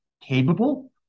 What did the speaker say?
capable